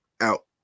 out